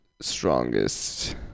Strongest